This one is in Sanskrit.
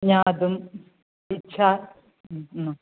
ज्ञातुम् इच्छा मम